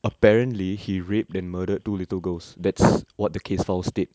apparently he raped and murdered two little girls that's what the case file state